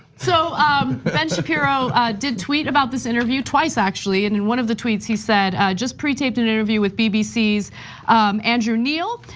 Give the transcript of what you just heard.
so ben shapiro did tweet about this interview twice, actually. and in one of the tweets, he said, just pre-taped an interview with bbc's andrew neal.